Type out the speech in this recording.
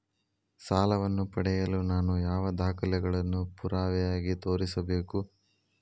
ಸಾಲವನ್ನು ಪಡೆಯಲು ನಾನು ಯಾವ ದಾಖಲೆಗಳನ್ನು ಪುರಾವೆಯಾಗಿ ತೋರಿಸಬೇಕು?